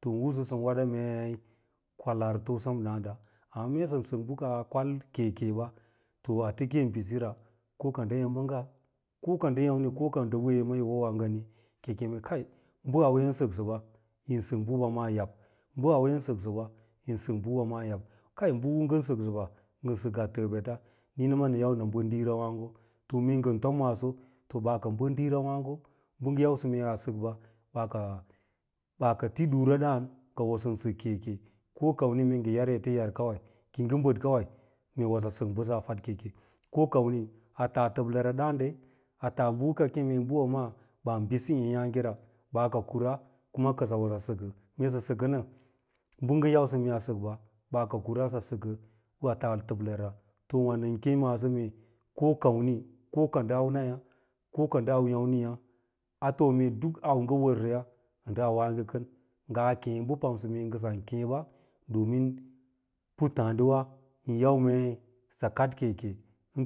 Tousu sɚn weɗe mei kwalaani sem ɗàànɗa amma mee sɚn sɚn bɚ aa kwal kekeɓa to ateke yi bisira ko ka ndɚ emɓɚngga ko ka ndɚ yàmm ko ka nde wee mayi wowo a ngani ki yi keme kai bɚ auya yin sɚksɚ ɓa, yin sɚk bɚɓama yab, bɚ ngɚn sɚksɚ ba ngɚn sak a tɚɚ ɓeta niina a nɚn yau nɚ bɚd diira wààgo, mee ngɚn tem maaso ɓaa kɚ bɚd diira wààgo bɚ ngɚn yausɚ mee a sɚkɓa, ɓaa ka, ɓaa ta ti ɗuura dààn ngɚ wo ngɚ hoo sɚn sɚk keke ko kamni mee ngɚ yar ete yar kawad ki yingɚ bɚd kawai mee wosɚ sɚk bɚsa a kad keke ko kamni a taa tɚblɚra ɗààn ɗe a taa bɚ kaa keme bɚɓa maa ɓarɓisi êyààgeraba, baa ka kura kɚ sɚ wo saa sɚkɚ mee sɚ sɚkɚ nɚ, bɚ ngɚ yau sɚ mee a sɚkɓa ɓaa ka kura kɚsɚ wo sɚ sɚkɚ, ɓaa taa tɚblɚra, wà nɚn kêê maaso mee ko kamni ko ka ndɚ aunayà koka ndɚ au yàmniyà a too dak au ngɚ wɚrsɚya ndɚ auwe ngɚ kɚngaa kêê bɚ pamsɚ mee kɚ ngɚ kii ɓɚ domin pattààdiwa yin yau mei sɚ kaɗ keke